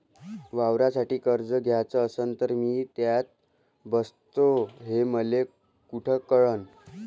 वावरासाठी कर्ज घ्याचं असन तर मी त्यात बसतो हे मले कुठ कळन?